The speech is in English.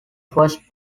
first